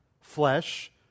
Flesh